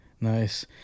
nice